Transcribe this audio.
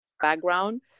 background